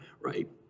right